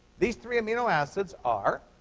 these three amino acids are